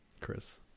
Chris